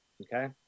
Okay